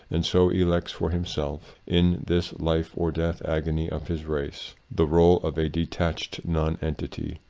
and so elects for himself, in this life or-death agony of his race, the role of a detached nonentity,